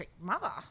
mother